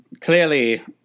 Clearly